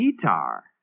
guitar